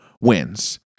wins